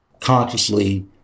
consciously